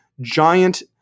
giant